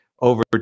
Over